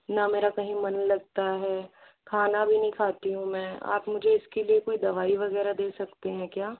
ना मेरा कही मन लगता है खाना भी नहीं खाती हूँ मैं आप मुझे इसके लिए कोई दवाई वगैरह दे सकते हैं क्या